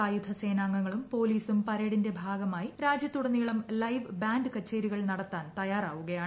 സായുധ സേനാംഗങ്ങളും പോലീസും പരേഡിന്റെ ഭാഗമായി രാജ്യത്തുടനീളം ലൈവ് ബാൻഡ് കച്ചേരികൾ നടത്താൻ തയ്യാറാവുകയാണ്